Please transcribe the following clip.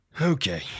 Okay